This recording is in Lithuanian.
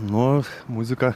nu muzika